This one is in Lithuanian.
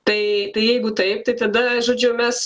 tai tai jeigu taip tai tada žodžiu mes